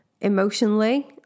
emotionally